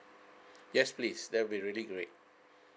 yes please that will be really great